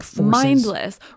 mindless